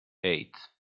eight